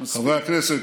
חברי הכנסת,